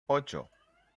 ocho